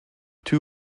two